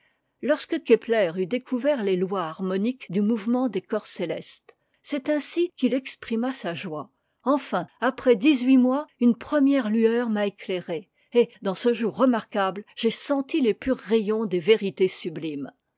lorsque kepler eut découvert les lois harmoniques du mouvement des corps cé estes c'est ainsi qu'il exprima sa joie enfin après dix-huit mois une première lueur m'a éclairé et dans ce jour remarquable j'ai senti les purs rayons des vérités sublimes